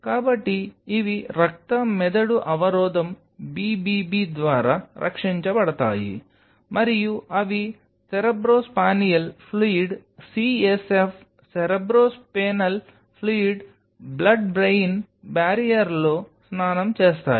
కాబట్టి ఇవి రక్త మెదడు అవరోధం BBB ద్వారా రక్షించబడతాయి మరియు అవి cerebrospinal fluid CSF cerebrospinal fluid blood brain బారియర్లో స్నానం చేస్తాయి